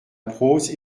prose